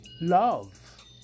love